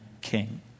king